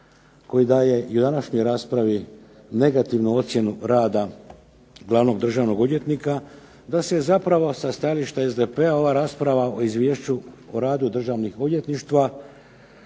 koji daje i u današnjoj raspravi negativnu ocjenu rada glavnog državnog odvjetnika, da se zapravo sa stajališta SDP-a ova rasprava o izvješću o radu državnih odvjetništva